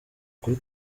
kuri